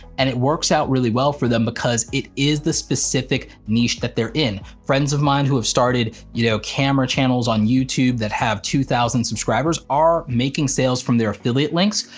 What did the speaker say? and it works out really well for them because it is the specific niche that they're in. friends of mine who have started, you know, camera channels on youtube that have two thousand subscribers are making sales from their affiliate links,